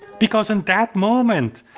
because in that moment,